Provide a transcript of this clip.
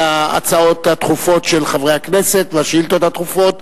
ההצעות הדחופות של חברי הכנסת והשאילתות הדחופות.